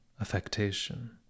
affectation